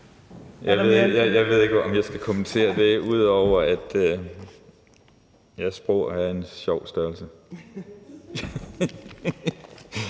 Jeg ved ikke, om jeg skal kommentere det, ud over at sige, at sprog er en sjov størrelse.